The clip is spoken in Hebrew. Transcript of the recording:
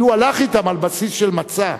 כי הוא הלך אתם על בסיס של מצע.